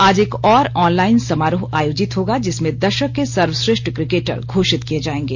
आज एक और ऑनलाइन समारोह आयोजित होगा जिसमें दशक के सर्वश्रेष्ठ क्रिकेटर घोषित किए जाएंगे